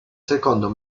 secondo